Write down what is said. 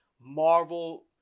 Marvel